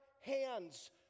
hands